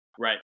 Right